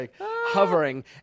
hovering